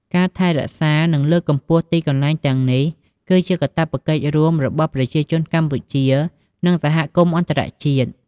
ការថែរក្សា និងលើកកម្ពស់ទីកន្លែងទាំងនេះ គឺជាកាតព្វកិច្ចរួមរបស់ប្រជាជនកម្ពុជា និងសហគមន៍អន្តរជាតិ។